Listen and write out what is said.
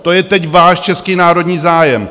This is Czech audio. To je teď váš český národní zájem!